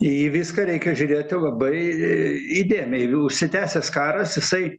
į viską reikia žiūrėti labai įdėmiai užsitęsęs karas jisai